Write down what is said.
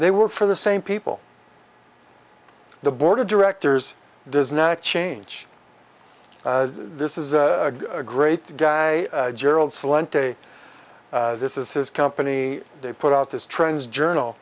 they were for the same people the board of directors does not change this is a great guy gerald solenn day this is his company they put out this trends journal